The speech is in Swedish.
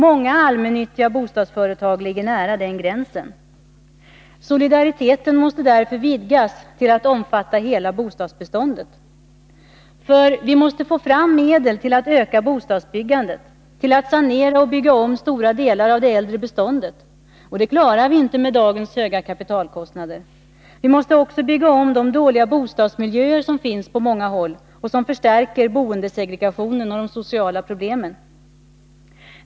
Många allmännyttiga bostadsföretag ligger nära den gränsen. Solidariteten måste därför vidgas till att omfatta hela bostadsbeståndet. Vi måste få fram medel till att öka bostadsbyggandet, till att sanera och bygga om stora delar av det äldre beståndet, och det klarar vi inte med dagens höga kapitalkostnader. Vi måste också bygga om de dåliga bostadsmiljöer som finns på många håll och som förstärker boendesegregationen och de sociala problemen.